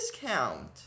discount